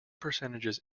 percentages